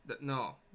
no